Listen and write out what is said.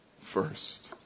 first